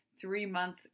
three-month